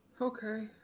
Okay